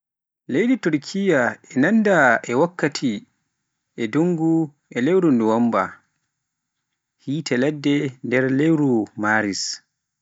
Leydi Turkiyya e nanda e wakkati e ndunngu e lewru nuwamba, yiite ladde nder lewru maris.